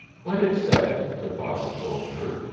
what it said, her father told her,